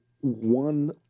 one